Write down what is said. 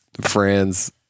friends